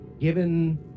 Given